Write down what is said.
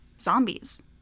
zombies